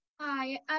Hi